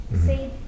Say